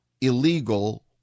illegal